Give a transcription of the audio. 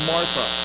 Martha